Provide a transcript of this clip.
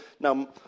Now